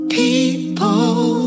people